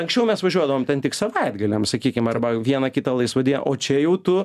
anksčiau mes važiuodavom ten tik savaitgaliam sakykim arba vieną kitą laisvą o čia jau tu